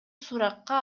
суракка